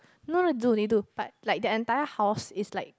no no they do they do but their entire house is like